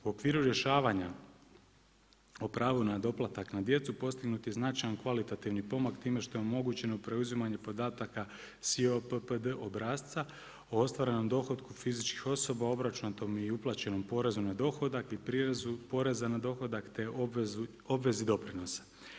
U okviru rješavanja o pravu na doplatak na djecu postignut je značajan kvalitativni pomak time što je omogućeno preuzimanje podataka SI PPD obrasca o ostvarenom dohotku fizičkih osoba, obračunatom i uplaćenom porezu na dohodak i prirezu poreza na dohodak te obvezi doprinosa.